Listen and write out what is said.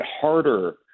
harder